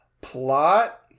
Plot